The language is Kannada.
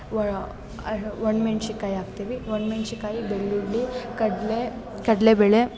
ಒ ಒಣ ಮೆಣ್ಸಿಕಾಯ್ ಹಾಕ್ತೀವಿ ಒಣ ಮೆಣ್ಸಿಕಾಯಿ ಬೆಳ್ಳುಳ್ಳಿ ಕಡಲೆ ಕಡಲೆಬೇಳೆ